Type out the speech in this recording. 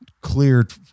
cleared